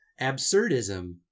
Absurdism